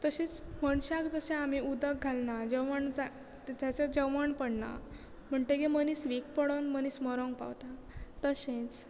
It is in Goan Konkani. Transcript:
तशेंच मनशाक जशे आमी उदक घालना जेवणाचे जेवण पडना म्हणटगीर मनीस वीक पडून मनीस मरोंक पावता तशेंच